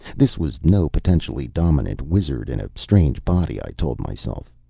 this was no potentially dominant wizard in a strange body, i told myself.